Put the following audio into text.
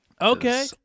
okay